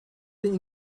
the